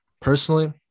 personally